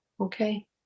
Okay